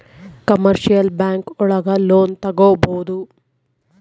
commercial bank ಒಳಗ loan ತಗೊಬೋದು